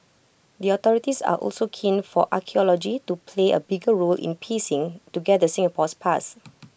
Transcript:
the authorities are also keen for archaeology to play A bigger role in piecing together Singapore's past